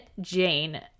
Jane